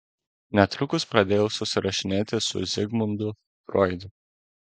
netrukus pradėjau susirašinėti su zigmundu froidu